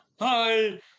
hi